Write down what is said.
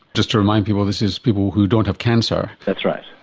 just to remind people this is people who don't have cancer. that's right,